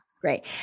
Great